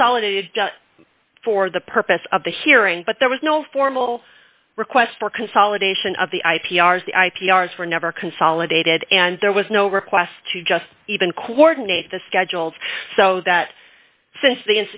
consolidated for the purpose of the hearing but there was no formal request for consolidation of the i p r the i p r is were never consolidated and there was no request to just even coordinate the schedules so that since the